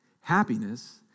Happiness